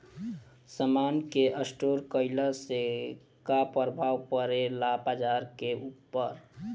समान के स्टोर काइला से का प्रभाव परे ला बाजार के ऊपर?